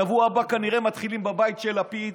בשבוע הבא כנראה מתחילים בבית של לפיד,